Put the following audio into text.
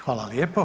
Hvala lijepo.